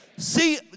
See